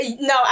No